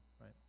right